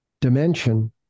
dimension